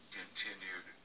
continued